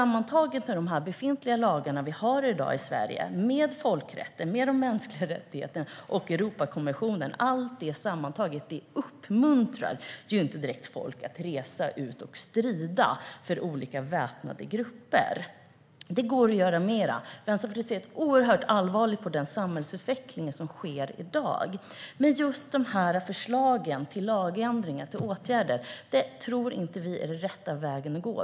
Men de lagar vi har i dag i Sverige, folkrätten, de mänskliga rättigheterna och Europakonventionen - allt det sammantaget - uppmuntrar inte direkt folk att resa ut och strida för olika väpnade grupper. Det går att göra mer. Vänsterpartiet ser oerhört allvarligt på den samhällsutveckling som sker i dag. Men just de här förslagen till lagändringar och till åtgärder tror vi inte är den rätta vägen att gå.